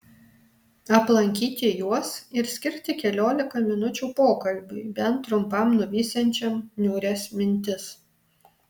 aplankyti juos ir skirti keliolika minučių pokalbiui bent trumpam nuvysiančiam niūrias mintis